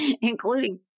including